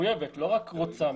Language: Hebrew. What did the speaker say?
לא רק רוצה,